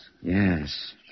Yes